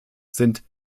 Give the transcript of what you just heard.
sind